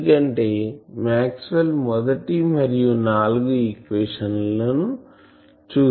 ఎందుకంటే మాక్స్వెల్ మొదటి మరియు నాల్గవ ఈక్వేషన్ లను చూసాం